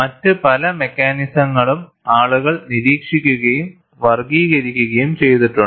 മറ്റ് പല മെക്കാനിസങ്ങളും ആളുകൾ നിരീക്ഷിക്കുകയും വർഗ്ഗീകരിക്കുകയും ചെയ്തിട്ടുണ്ട്